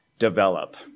Develop